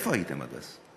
איפה הייתם עד אז?